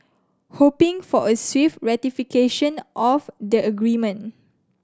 hoping for a swift ratification of the agreement